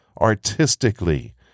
artistically